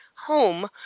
home